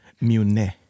Mune